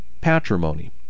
patrimony